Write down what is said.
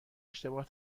اشتباه